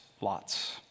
lots